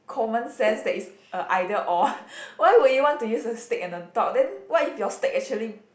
common sense that it's a either or why would you want to use a stick and a dot then what if your stick actually